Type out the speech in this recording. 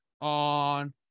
on